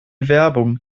werbung